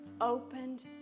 opened